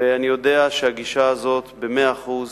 ואני יודע שהגישה הזאת היא במאה אחוז